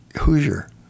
Hoosier